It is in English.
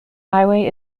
highway